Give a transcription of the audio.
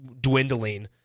dwindling